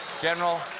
general,